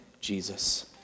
Jesus